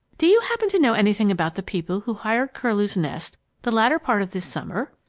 do you happen to know anything about the people who hired curlew's nest the latter part of this summer?